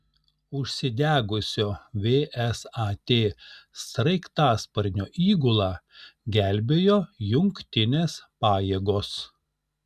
užsidegusio vsat sraigtasparnio įgulą gelbėjo jungtinės pajėgos